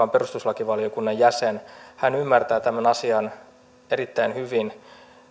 on perustuslakivaliokunnan jäsen hän ymmärtää tämän asian erittäin hyvin